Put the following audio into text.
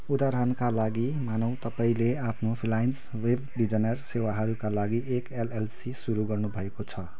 उदाहरणका लागि मानौँ तपाईँले आफ्नो फ्रिलान्स वेब डिजाइनर सेवाहरूका लागि एक एलएलसी सुरु गर्नुभएको छ